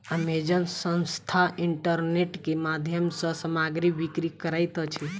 Amazon संस्थान internet के माध्यम सॅ सामग्री बिक्री करैत अछि